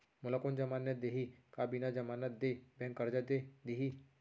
मोला कोन जमानत देहि का बिना जमानत के बैंक करजा दे दिही?